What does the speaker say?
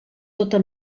tota